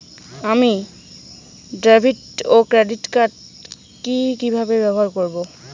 আমি ডেভিড ও credit card কি কিভাবে ব্যবহার করব?